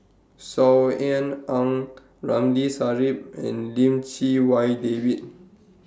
Saw Ean Ang Ramli Sarip and Lim Chee Wai David